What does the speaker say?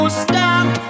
stop